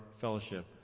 fellowship